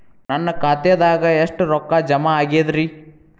ನನ್ನ ಖಾತೆದಾಗ ಎಷ್ಟ ರೊಕ್ಕಾ ಜಮಾ ಆಗೇದ್ರಿ?